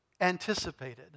anticipated